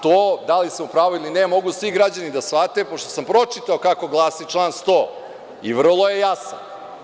To da li sam ja u pravu ili ne mogu svi građani da shvate pošto sam pročitao kako glasi član 100. i vrlo je jasan.